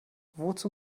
wozu